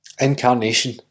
Incarnation